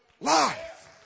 life